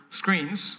screens